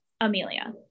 Amelia